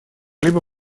либо